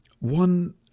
One